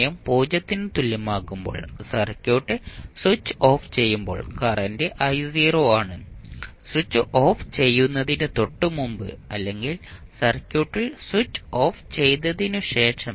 സമയം 0 ന് തുല്യമാകുമ്പോൾ സർക്യൂട്ട് സ്വിച്ച് ഓഫ് ചെയ്യുമ്പോൾ കറന്റ് I0 ആണ് സ്വിച്ച് ഓഫ് ചെയ്യുന്നതിന് തൊട്ടുമുമ്പ് അല്ലെങ്കിൽ സർക്യൂട്ടിൽ സ്വിച്ച് ഓഫ് ചെയ്തതിനു ശേഷം